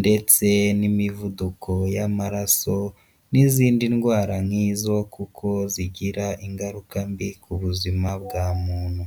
ndetse n'imivuduko y'amaraso, n'izindi ndwara nk'izo, kuko zigira ingaruka mbi ku buzima bwa muntu.